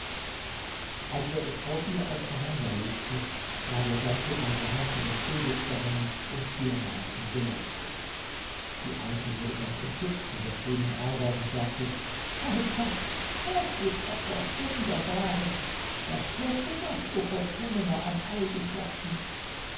als er es vor ihr auseinanderlegte war der ganze bazar von den edelsteinen und diamanten beleuchtet die alte wurde ganz entzückt von der schönen arbeit und sagte bei gott das ist was wunderbares was kostet das o vollkommener an eigenschaften